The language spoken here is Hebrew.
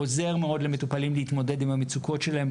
עוזר מאוד למטופלים להתמודד עם המצוקות שלהם,